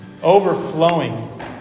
overflowing